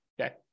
Okay